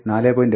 5 4